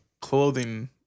clothing